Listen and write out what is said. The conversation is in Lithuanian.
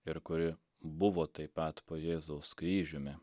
ir kuri buvo taip pat po jėzaus kryžiumi